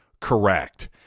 correct